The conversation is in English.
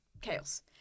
chaos